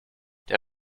der